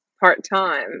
part-time